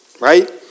right